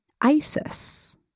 ISIS